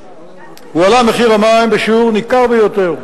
הועלה מחיר המים בשיעור ניכר ביותר,